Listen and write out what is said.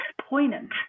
poignant